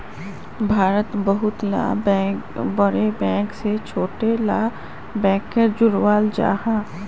भारतोत बहुत ला बोड़ो बैंक से छोटो ला बैंकोक जोड़ाल जाहा